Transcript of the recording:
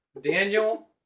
Daniel